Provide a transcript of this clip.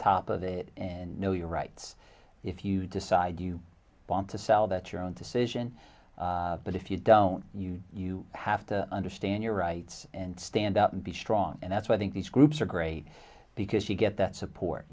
top of it and know your rights if you decide you want to sell that your own decision but if you don't you you have to understand your rights and stand up and be strong and that's why i think these groups are great because you get that support